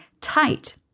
tight